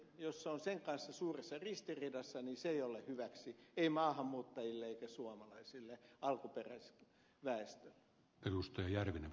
jos se on sen kanssa suuressa ristiriidassa niin se ei ole hyväksi maahanmuuttajille eikä suomalaiselle alkuperäisväestölle